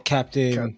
Captain